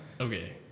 Okay